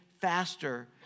faster